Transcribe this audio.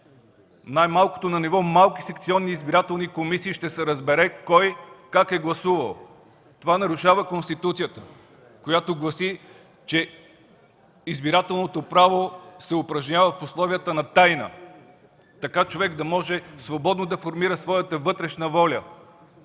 Най-малкото на ниво малки секционни избирателни комисии ще се разбере кой как е гласувал. Това нарушава Конституцията, която гласи, че избирателното право се упражнява в условията на тайна, така човек да може свободно да формира своята вътрешна воля.